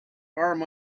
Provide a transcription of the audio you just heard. arm